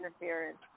interference